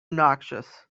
noxious